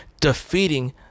defeating